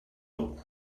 all